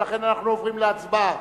ולכן אנחנו עוברים להצבעה.